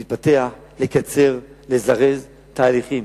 להתפתח, לקצר, לזרז תהליכים.